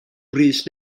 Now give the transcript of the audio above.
brys